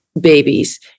babies